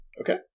Okay